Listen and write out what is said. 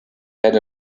had